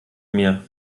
mir